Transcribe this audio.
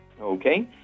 Okay